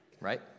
Right